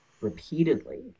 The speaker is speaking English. Repeatedly